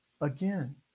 Again